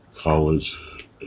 college